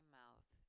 mouth